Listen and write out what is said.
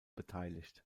beteiligt